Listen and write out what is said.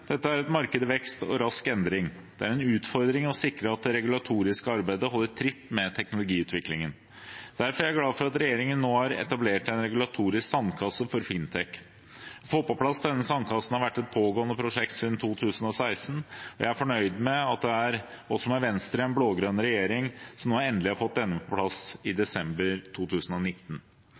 Dette er et marked i vekst og rask endring. Det er en utfordring å sikre at det regulatoriske arbeidet holder tritt med teknologiutviklingen. Derfor er jeg glad for at regjeringen nå har etablert en regulatorisk sandkasse for fintech. Å få på plass denne sandkassen har vært et pågående prosjekt siden 2016. Jeg er fornøyd med at det var vi i Venstre i en blå-grønn regjering som endelig fikk denne på plass i desember 2019.